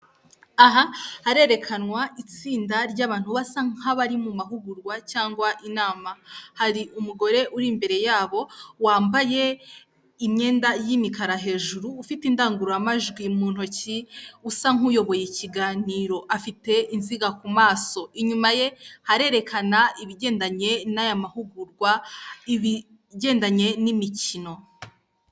Aha harerekanwa itsinda ry'abantu basa nk'abari mu mahugurwa cyangwa inama. Hari umugore uri imbere yabo wambaye imyenda y'imikara hejuru, ufite indangururamajwi mu ntoki usa nk'uyoboye ikiganiro. Afite insinga ku maso. Inyuma ye harerekana ibigendanye n'aya mahugurwa, ibigendanye n'imikino.